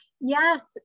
Yes